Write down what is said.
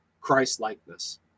Christ-likeness